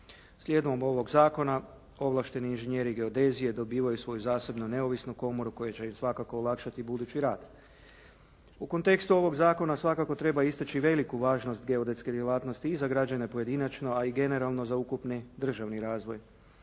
Slijedom ovog zakona ovlašteni inžinjeri geodezije dobivaju svoju zasebnu neovisnu komoru koja će im svakako olakšati budući rad. U kontekstu ovog zakona svakako treba istaći veliku važnost geodetske djelatnosti i za građane pojedinačno a i generalno za ukupni državni razvoj.